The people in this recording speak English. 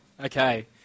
Okay